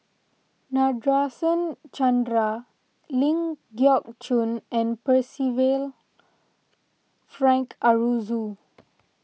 Nadasen Chandra Ling Geok Choon and Percival Frank Aroozoo